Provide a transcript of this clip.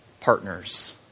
partners